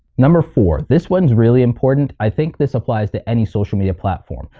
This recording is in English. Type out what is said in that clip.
number four, this one's really important, i think this applies to any social media platform.